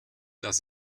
das